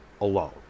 alone